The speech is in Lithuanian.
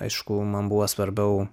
aišku man buvo svarbiau